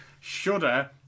Shudder